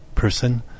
person